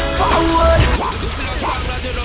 forward